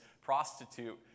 prostitute